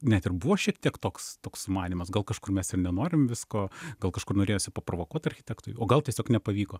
net ir buvo šiek tiek toks toks sumanymas gal kažkur mes ir nenorim visko gal kažkur norėjosi paprovokuot architektui o gal tiesiog nepavyko